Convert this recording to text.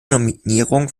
nominierung